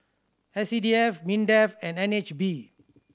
S C D F MINDEF and N H B